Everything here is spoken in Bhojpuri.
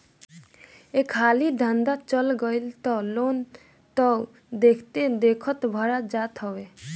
एक हाली धंधा चल गईल तअ लोन तअ देखते देखत भरा जात हवे